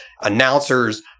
announcers-